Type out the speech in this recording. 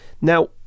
Now